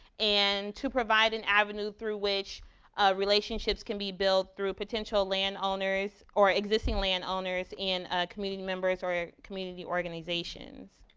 and to provide an avenue through which relationships can be built through potential landowners or existing landowners and community members or community organizations.